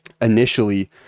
initially